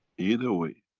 either way.